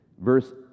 verse